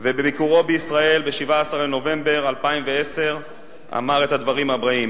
ובביקורו בישראל ב-17 בנובמבר 2010 הוא אמר את הדברים הבאים: